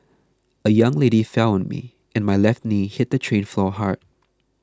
a young lady fell on me and my left knee hit the train floor hard